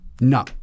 No